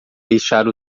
deixar